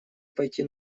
пойти